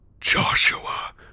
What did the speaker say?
Joshua